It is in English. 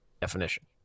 definition